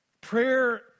Prayer